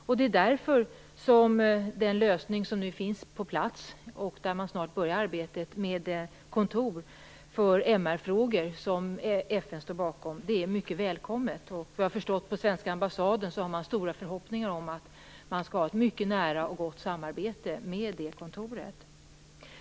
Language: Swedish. Snart börjar arbetet med det kontor för MR-frågor som nu finns på plats och som FN står bakom, och denna lösning är mycket välkommen. Vad jag har förstått har man på svenska ambassaden stora förhoppningar om att man skall ha ett mycket nära och gott samarbete med det kontoret.